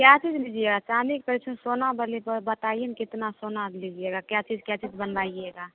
क्या चीज़ लीजिएगा चाँदी कुछ सोना पहले बताइए ना कितना सोना आप लीजिएगा क्या चीज़ क्या चीज़ बनवाइएगा